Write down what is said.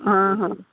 ಹಾಂ ಹಾಂ